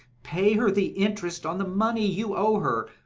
pay her the interest on the money you owe her.